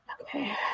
Okay